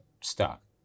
stuck